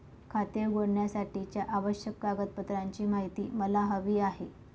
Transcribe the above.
खाते उघडण्यासाठीच्या आवश्यक कागदपत्रांची माहिती मला हवी आहे